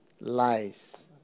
lies